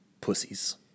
pussies